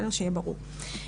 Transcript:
שיהיה ברור.